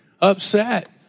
upset